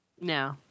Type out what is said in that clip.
No